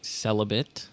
celibate